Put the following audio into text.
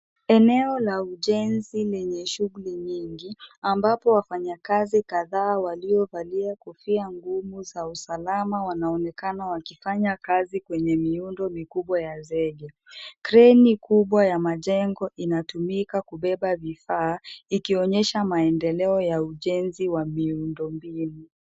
Eneo la ujenzi lenye shughuli nyingi, ambapo wafanyakazi kadhaa waliovalia kofia ngumu za usalama wanaonekana wakifanya kazi kwenye miundo mikubwa ya zege. Kreni kubwa ya majengo inatumika kubeba vifaa, ikionyesha maendeleo ya ujenzi wa miundombinu.